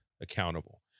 accountable